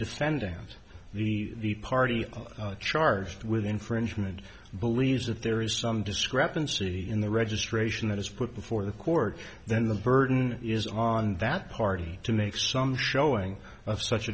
defendant and the party charged with infringement believes that there is some discrepancy in the registration that is put before the court then the burden is on that party to make some showing of such